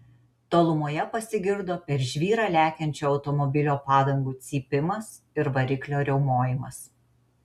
tolumoje pasigirdo per žvyrą lekiančio automobilio padangų cypimas ir variklio riaumojimas